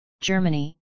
Germany